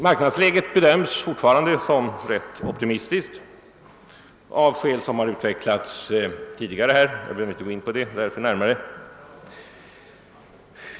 Marknadsläget bedöms fortfarande rätt optimistiskt av skäl som tidigare har utvecklats här — jag behöver inte gå in på det närmare.